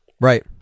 Right